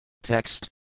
Text